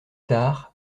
tard